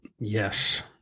Yes